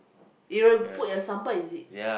they will put the Sambal is it